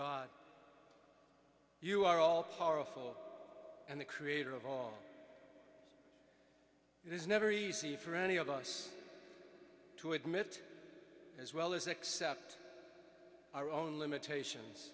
god you are all powerful and the creator of all is never easy for any of us to admit as well as accept our own limitations